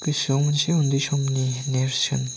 गोसोआव मोनसे उन्दै समनि नेरसोन